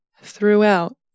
throughout